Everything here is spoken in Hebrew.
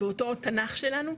באותו 'תנ"ך' שלנו,